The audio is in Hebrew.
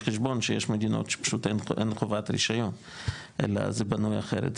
את זה בחשבון שאין חובת רישיון בארץ המוצא אלא זה בנוי אחרת.